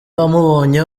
wamubonye